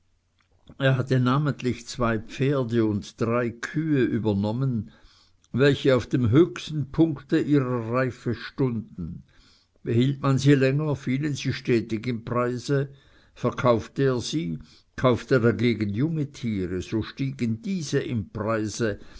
er hatte namentlich zwei pferde und drei kühe übernommen welche auf dem höchsten punkte ihrer reife stunden behielt man sie länger fielen sie stetig im preise verkaufte er sie kaufte dagegen junge tiere so stiegen diese